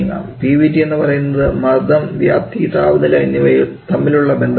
P v T എന്ന് പറയുന്നത് മർദ്ദം വ്യാപ്തി താപനില എന്നിവ തമ്മിലുള്ള ബന്ധമാണ്